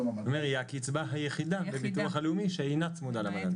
אני אומר: היא הקצבה בביטוח הלאומי שאינה צמודה למדד.